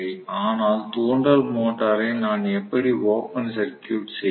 ஆனால் தூண்டல் மோட்டாரை நான் எப்படி ஓபன் சர்கியூட் செய்வது